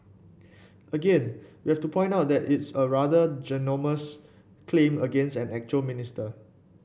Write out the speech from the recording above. again we have to point out that it's a rather ginormous claim against an actual minister